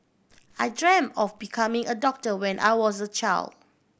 I dreamt of becoming a doctor when I was a child